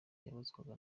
yabazwaga